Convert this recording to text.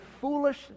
foolish